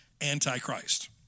Antichrist